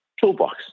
toolbox